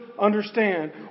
understand